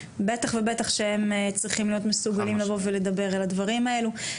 בטח ובטח שהם צריכים להיות מסוגלים לבוא ולדבר על הדברים האלו.